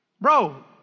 bro